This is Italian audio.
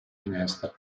finestra